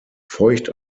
feucht